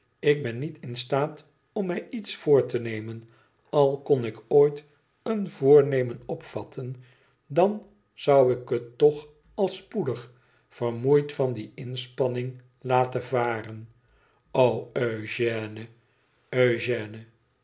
ik ben niet in staat om mij iets voor te nemen al kon ik ooit een voornemen opvatten dan zou ik het toch al spoedig vermoeid van die inspanning laten varen och eugène eugène